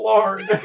Lord